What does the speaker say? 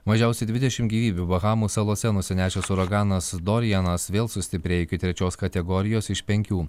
mažiausiai dvidešim gyvybių bahamų salose nusinešęs uraganas dorianas vėl sustiprėjo iki trečios kategorijos iš penkių